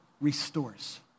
restores